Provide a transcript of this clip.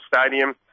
stadium